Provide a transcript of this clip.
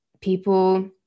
people